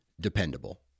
dependable